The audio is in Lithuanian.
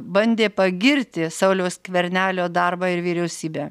bandė pagirti sauliaus skvernelio darbą ir vyriausybę